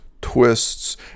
twists